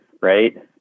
right